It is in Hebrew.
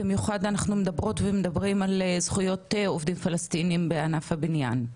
במיוחד אנחנו מדברות ומדברים על זכויות עובדים פלסטינים בענף הבניין.